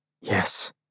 Yes